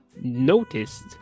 noticed